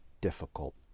difficult